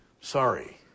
Sorry